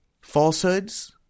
falsehoods